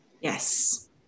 yes